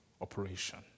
operation